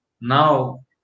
Now